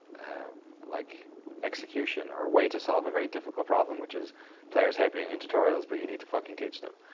um like execution our way to solve a very difficult problem which is players hate being into and tutorials, but you need to fucking teach them.